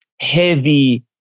heavy